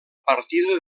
partida